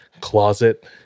closet